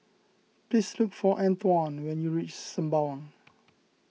please look for Antwon when you reach Sembawang